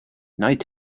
night